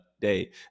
day